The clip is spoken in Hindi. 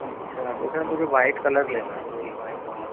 अच्छा तो सर मुझे वाइट कलर लेना है वो ही वाइट वाला